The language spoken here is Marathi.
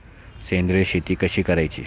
सेंद्रिय शेती कशी करायची?